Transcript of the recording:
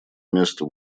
место